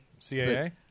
CAA